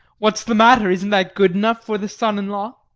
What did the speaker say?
what's the matter, isn't that good enough for the son-in-law?